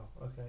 okay